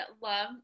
love